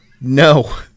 No